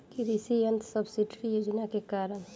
कृषि यंत्र सब्सिडी योजना के कारण?